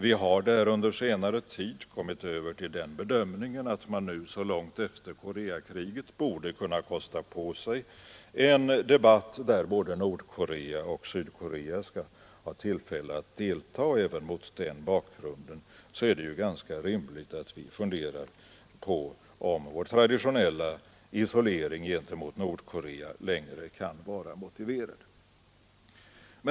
Vi har där under senare tid kommit över till den bedömningen att man nu — så långt efter Koreakriget — borde kunna kosta på sig en debatt, där både Nordkorea och Sydkorea kunde ha tillfälle att delta. Även mot den bakgrunden är det kanske rimligt att vi funderar på om vår traditionella isolering gentemot Nordkorea längre kan vara motiverad.